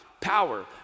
power